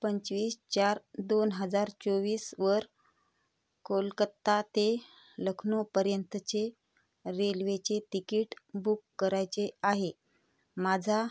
पंचवीस चार दोन हजार चोवीसवर कोलकाता ते लखनौपर्यंतचे रेल्वेचे तिकीट बुक करायचे आहे माझा